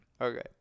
Okay